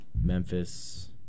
Memphis